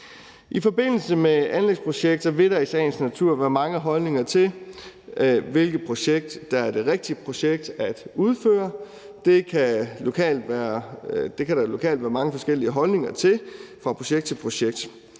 I forbindelse med anlægsprojekter vil der i sagens natur være mange holdninger til, hvilket projekt der er det rigtige projekt at udføre. Det kan der lokalt være mange forskellige holdninger til fra projekt til projekt.